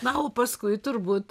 na o paskui turbūt